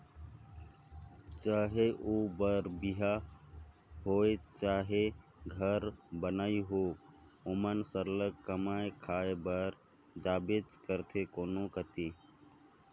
चहे ओ बर बिहा होए चहे घर बनई होए ओमन सरलग कमाए खाए बर जाबेच करथे कोनो कती